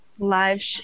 Live